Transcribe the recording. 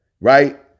right